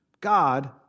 God